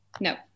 No